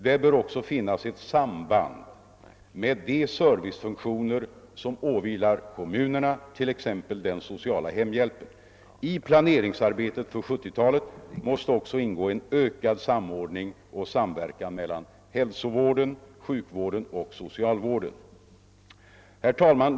Där bör också finnas ett samband med de servicefunktioner som åvilar kommunerna, t.ex. den sociala hemhjälpen. I planeringsarbetet för 1970-talet måste också ingå en ökad samordning och samverkan mellan hälsovården, sjukvården och socialvården. Herr talman!